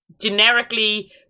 generically